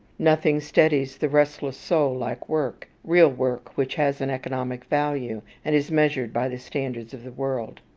nothing steadies the restless soul like work real work which has an economic value, and is measured by the standards of the world.